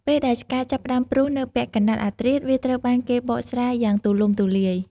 ពេលដែលឆ្កែចាប់ផ្តើមព្រុសនៅពាក់កណ្តាលអធ្រាត្រ វាត្រូវបានគេបកស្រាយយ៉ាងទូលំទូលាយ។